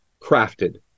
crafted